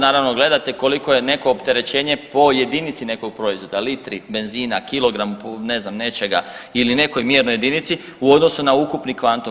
Naravno gledate koliko je neko opterećenje po jedinici nekog proizvoda litri benzina, kilogram ne znam nečega ili nekoj mjernoj jedinici u odnosu na ukupni kvantum.